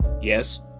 Yes